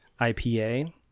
IPA